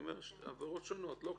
אני אומר, עבירות שונות שלא קשורות.